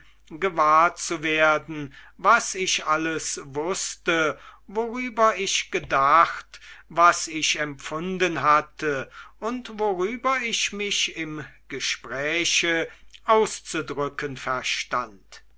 gewahr zu werden was ich alles wußte worüber ich gedacht was ich empfunden hatte und worüber ich mich im gespräche auszudrücken verstand